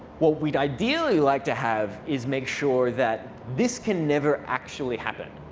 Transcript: what we'd ideally like to have is make sure that this can never actually happen.